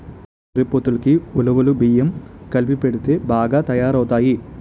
గొర్రెపోతులకి ఉలవలు బియ్యం కలిపెడితే బాగా తయారవుతాయి